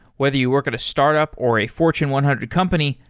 whether you work at a startup or a fortune one hundred company,